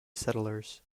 settlers